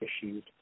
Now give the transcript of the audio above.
issues